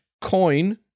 coin